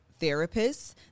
therapists